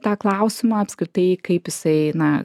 tą klausimą apskritai kaip jisai na